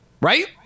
Right